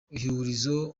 ihurizo